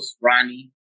Ronnie